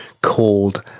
called